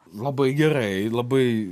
labai gerai labai